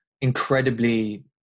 incredibly